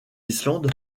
islande